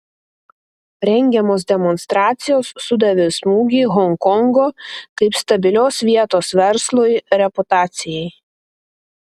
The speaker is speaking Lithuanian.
rengiamos demonstracijos sudavė smūgį honkongo kaip stabilios vietos verslui reputacijai